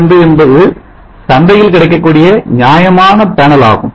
72 என்பது சந்தையில் கிடைக்கக்கூடிய நியாயமான பேனல் ஆகும்